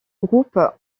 groupe